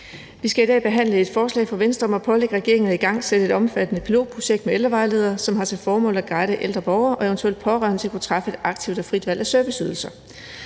Vi skal i dag behandle et forslag fra Venstre om at pålægge regeringen at igangsætte et omfattende pilotprojekt med ældrevejledere, som har til formål at guide ældre borgere og eventuelt pårørende til at kunne træffe et aktivt og frit valg af serviceydelser.